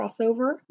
crossover